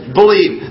believe